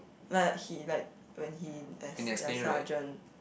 like he like when he their their sergeant